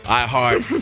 iHeart